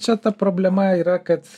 čia ta problema yra kad